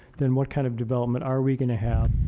then what kind of development are we going to have?